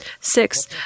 Six